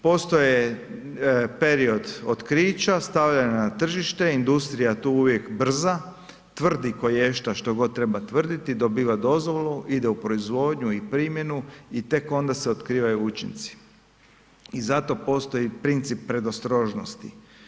Postoje period otkrića, stavljanja na tržište, industrija tu uvijek brza, tvrdi koješta, što god treba tvrditi, dobiva dozvolu, ide u proizvodnju i primjeni tek onda se otkrivaju učinci i zato postoji princip predostrožnosti.